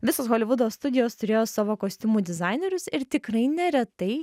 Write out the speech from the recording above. visos holivudo studijos turėjo savo kostiumų dizainerius ir tikrai neretai